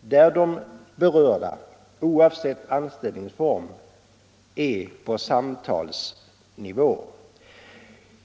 där de berörda — oavsett anställningsform — är på samtalsnivå.